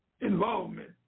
involvement